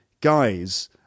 guys